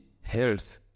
health